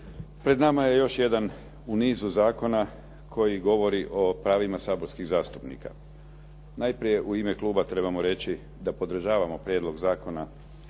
Pred nama je još jedan u nizu zakona koji govori o pravima saborskih zastupnika. Najprije u ime kluba trebamo reći da podržavamo prijedlog zakona